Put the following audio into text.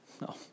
No